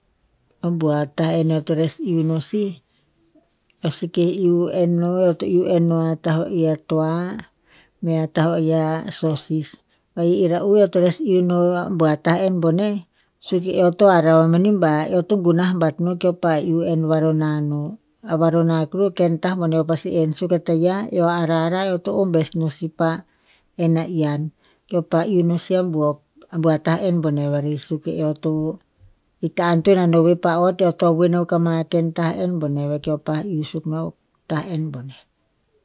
a bua tah enn eo to nes iuh roh sih, eh seke iuh enn no ya, eo to iuh enn no ya a tah va'i a toah mea tah va'i a sosis. Va'i era'u eo to nes iuh no a bua tah enn boneh, suk eh eo hara mani ba eo to gunah bat no keo pa iuh enn varona non. A varonah koveh o ken ta boneh eo pasi enn suk a taiah, eo a ar- arah. Eo to ombess no sih pa enn a ian, keo pa iuh no sih a buok a bua tah enn boneh vari. Suk eo to ita antoen oveh pa ot, eo to woen akuk ama ken ta enn boneh. Veh keo pa iuh suk no, a tah enn boneh.